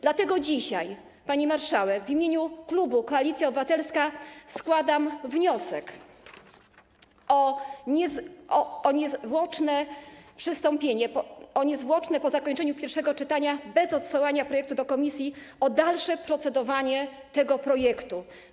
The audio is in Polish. Dlatego dzisiaj, pani marszałek, w imieniu klubu Koalicja Obywatelska składam wniosek o niezwłoczne przystąpienie po zakończeniu pierwszego czytania, bez odsyłania projektu do komisji, do dalszego procedowania tego projektu.